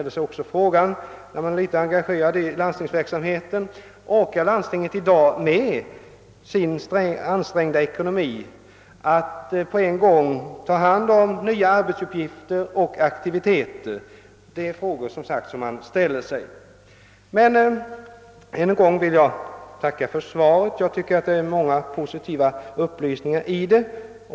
Den som är något engagerad i landstingsverksamheten frågar sig också om landstingen i dag med sin ansträngda ekonomi är beredda att på en gång ta på sig nya arbetsuppgifter. Jag vill än en gång tacka för svaret, som innehåller många positiva upplysningar.